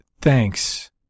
thanks